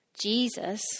Jesus